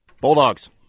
Bulldogs